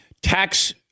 tax